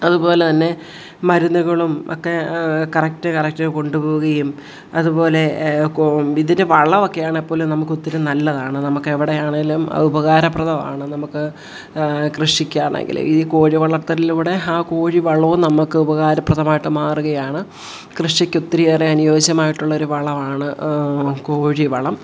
അതുപോലതന്നെ മരുന്നുകളും ഒക്കെ കറക്റ്റ് കറക്റ്റ് കൊണ്ടുപോവുകയും അതുപോലെ ഇതിന് വളമൊക്കെയാണെങ്കിൽപ്പോലും നമുക്കൊത്തിരി നല്ലതാണ് നമുക്ക് എവിടെയാണെങ്കിലും അത് ഉപകാരപ്രദമാണ് നമുക്ക് കൃഷിക്കാണെങ്കിലും ഈ കോഴിവളർത്തലിലൂടെ ആ കോഴി വളവും നമുക്ക് ഉപകാരപ്രദമായിട്ട് മാറുകയാണ് കൃഷിക്ക് ഒത്തിരിയേറെ അനുയോജ്യമായിട്ടുള്ള ഒരു വളമാണ് കോഴിവളം